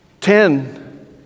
Ten